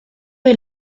est